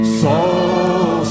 soul